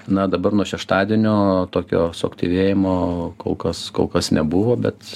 na dabar nuo šeštadienio tokio suaktyvėjimo kol kas kol kas nebuvo bet